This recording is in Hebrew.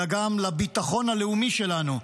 אלא גם לביטחון הלאומי שלנו.